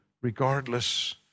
regardless